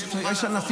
לא.